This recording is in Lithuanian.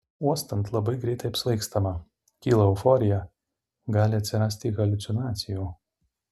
uostant labai greitai apsvaigstama kyla euforija gali atsirasti haliucinacijų